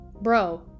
Bro